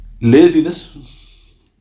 Laziness